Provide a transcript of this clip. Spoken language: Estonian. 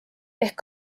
ehk